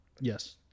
Yes